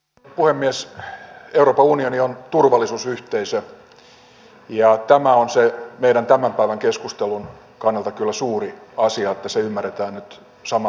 euroopan unioni on turvallisuusyhteisö ja se on meidän tämän päivän keskustelun kannalta kyllä suuri asia että se ymmärretään nyt samalla tavalla